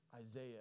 Isaiah